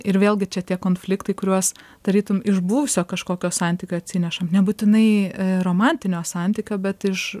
ir vėlgi čia tie konfliktai kuriuos tarytum iš buvusio kažkokio santykio atsinešam nebūtinai romantinio santykio bet iš